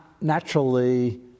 naturally